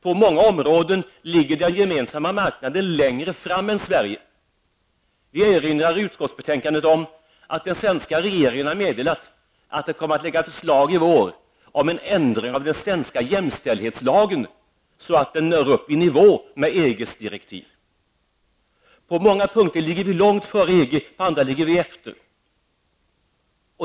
På många områden ligger den Gemensamma marknaden längre fram än Sverige. Vi erinrar i utskottets betänkande om att den svenska regeringen meddelat att den i vår kommer att lägga fram förslag om en ändring av den svenska jämställdhetslagen så att den når upp i nivå med EGs direktiv. På många punkter ligger vi långt före EG, men på andra ligger vi efter.